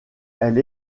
elle